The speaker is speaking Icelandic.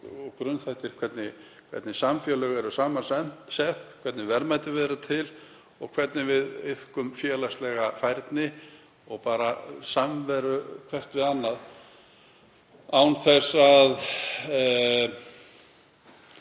og grunnþættir þess hvernig samfélög eru saman sett, hvernig verðmætin verða til og hvernig við iðkum félagslega færni og samveru hvert við annað, án þess að,